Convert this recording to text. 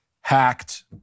hacked